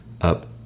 up